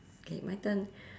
okay my turn